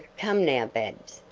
come now, babs,